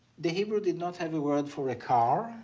the hebrew did not have a word for a car,